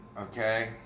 okay